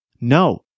No